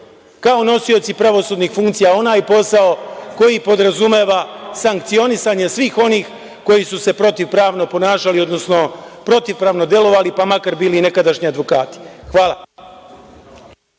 kao nosioci pravosudnih funkcija onaj posao koji podrazumeva sankcionisanje svih onih koji su se protivpravno ponašali, odnosno protivpravno delovali, pa makar bili i nekadašnji advokati. Hvala.